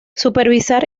supervisar